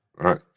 Right